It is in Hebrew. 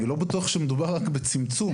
אני לא בטוח שמדובר רק בצמצום.